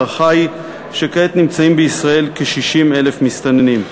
ההערכה היא שכעת נמצאים בישראל כ-60,000 מסתננים.